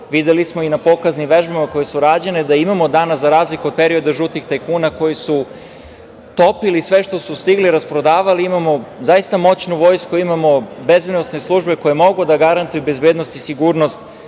važne. Videli smo i na pokaznim vežbama koje su rađene da imamo dana, za razliku od perioda žutih tajkuna koji su topili sve što su stigli, rasprodavali, imamo zaista moćnu vojsku, imamo bezbednosne službe koje mogu da garantuju bezbednost i sigurnost